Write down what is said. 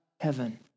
heaven